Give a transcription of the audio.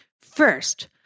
First